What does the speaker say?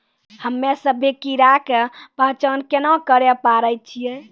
हम्मे सभ्भे कीड़ा के पहचान केना करे पाड़ै छियै?